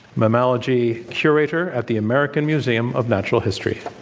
mammalogy curator at the american museum of natural history.